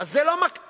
אז זה לא מקטין,